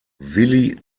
willy